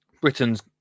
Britain's